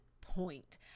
point